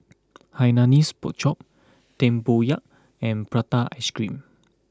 Hainanese Pork Chop Tempoyak and Prata Ice Cream